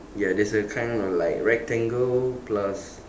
ya there's a kind of like rectangle plus